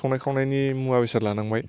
संनाय खावनायनि मुवा बेसाद लानांबाय